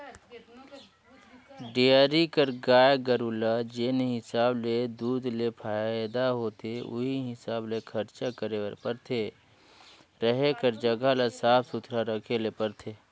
dairy कर गाय गरू ले जेन हिसाब ले दूद ले फायदा होथे उहीं हिसाब ले खरचा करे बर परथे, रहें कर जघा ल साफ सुथरा रखे ले परथे